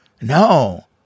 no